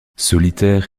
solitaire